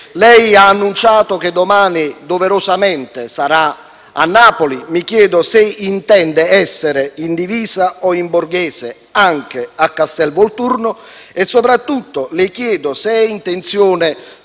Lei ha annunciato che domani, doverosamente, sarà a Napoli. Mi chiedo se intenda essere, in divisa o in borghese, anche a Castelvolturno e soprattutto le chiedo se sia intenzione